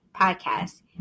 podcast